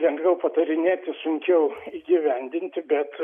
lengviau patarinėti sunkiau įgyvendinti bet